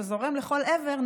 שזורם לכל עבר,